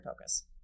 focus